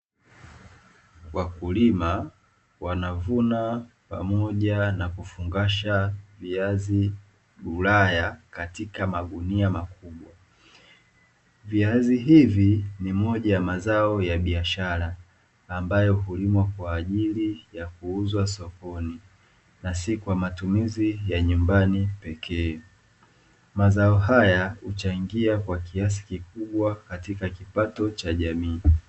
Wakulima wanavuna pamoja na kufungasha viazi ulaya katika magunia makubwa. Viazi hivi ni moja ya mazao ya biashara ambayo hulimwa kwa ajili ya kuuzwa sokoni, na si kwa matumizi ya nyumbani pekee. Mazao haya huchangia kwa kiasi kikubwa katika kipato cha jamii.